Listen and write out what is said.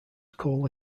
coal